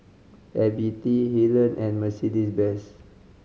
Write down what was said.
F B T Helen and Mercedes Benz